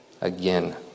Again